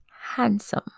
handsome